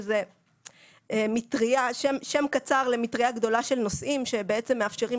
שזה שם קצר למטריה גדולה של נושאים שבעצם מאפשרים